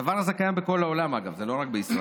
הדבר הזה קיים בכל העולם, אגב, זה לא רק בישראל.